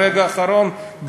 ברגע האחרון,